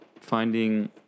finding